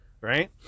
right